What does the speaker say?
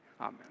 Amen